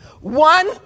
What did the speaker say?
One